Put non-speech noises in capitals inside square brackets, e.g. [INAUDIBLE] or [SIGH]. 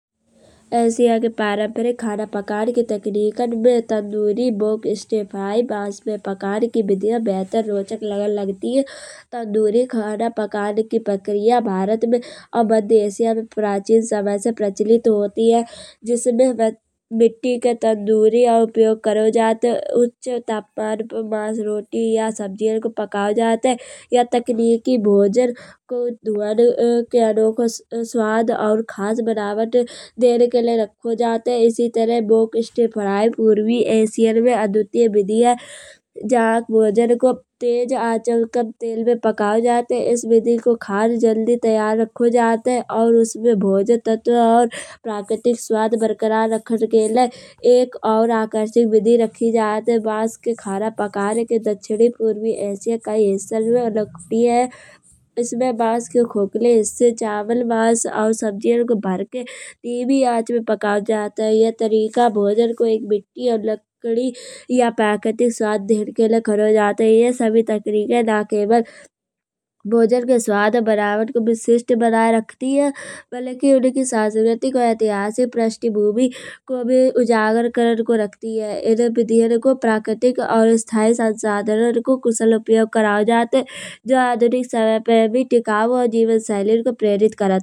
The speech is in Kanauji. एशिया के पारम्परिक खाना पकायें के तख्नीकन में तंदूरी बोक्स्टफ्य बांस में पकान के विधिया बेहतर रोचक लागन लगती है। तंदूरी खाना पकाये की प्रक्रिया भारत में और मध्य एशिया में प्राचीन समय से प्रचलित होती है। जिसमें वह मिट्टी के तंदूरी और उपयोग करो जात है। उच्च तापमान पे मांस रोटी या सब्जियाँ को पकाओ जात है। यह तकनीकी भोजन को धुआँ के अनोखो स्वाद और खास बनावट देन के लय रखो जात है एसी तरह बोक्स्टफ्र्य पूर्वी एशियन में अद्वितीय विधि है। जहाँ भोजन को तेज आँच और कम तेल में पकाओ जात है। एस विधि को खान जल्दी तैयार रखो जात है और उसमें भोज्य तत्व और प्राकृतिक स्वाद बरकरार राखन के लय एक और आकर्षित विधि राखी जात है। बांस के खाना पान के दक्षिणी पूर्वी एशिया के हिस्सन में [UNINTELLIGIBLE] इसमें बांस के खोखले हिस्से और चावल मांस और सब्जियाँ को भरके धीमी आँच में पकाओ जात है। यह तरीका भोजन को एक मिट्टी और लकड़ी ये प्राकृतिक स्वाद देन के लाने करो जात है। यह सबही तकनीके ना केवल भोजन को स्वाद बनावन को विशिष्ट बनाये रखती है। वह लेकिन उनकी सांस्कृतिक ऐतिहासिक प्रश्ठभूमि को उजागर करन को रखती है। एन विधियान को प्राकृतिक और स्थायी संसाधनन को कुशल उपयोग कराओ जात है। जो आधुनिक समय पे भी टिकाऊ और जीवन शैलियान को प्रेरित करत।